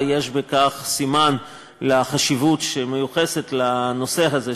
ויש בכך סימן לחשיבות שמיוחסת לנושא הזה,